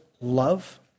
love